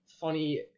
funny